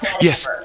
Yes